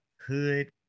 hood